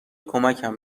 کمکم